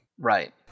Right